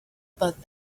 about